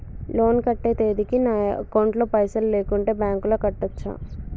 Loan కట్టే తేదీకి నా అకౌంట్ లో పైసలు లేకుంటే బ్యాంకులో కట్టచ్చా?